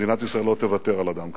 מדינת ישראל לא תוותר על אדם כמוך.